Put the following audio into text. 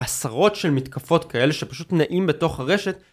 עשרות של מתקפות כאלה שפשוט נעים בתוך הרשת